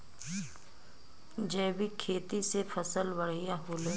जैविक खेती से फसल बढ़िया होले